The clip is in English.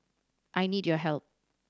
I need your help